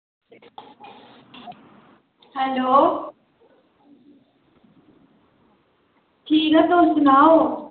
hello ठीक ऐ तुस सनाओ